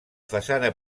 façana